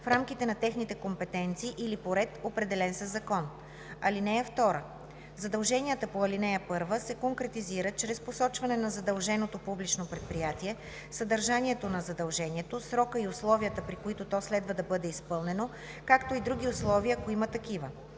в рамките на техните компетенции или по ред, определен със закон. (2) Задълженията по ал. 1 се конкретизират чрез посочване на задълженото публично предприятие, съдържанието на задължението, срока и условията, при които то следва да бъде изпълнено, както и други условия, ако има такива.